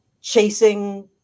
chasing